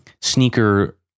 sneaker